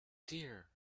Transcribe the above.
dear